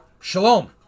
Shalom